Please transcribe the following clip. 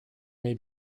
may